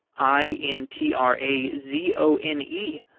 i n t r a z o n e.